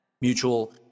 mutual